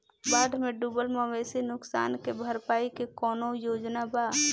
बाढ़ में डुबल मवेशी नुकसान के भरपाई के कौनो योजना वा?